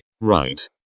Right